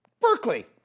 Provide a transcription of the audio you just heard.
Berkeley